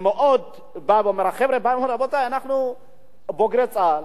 הוא בא לומר: חבר'ה, אנחנו בוגרי צה"ל,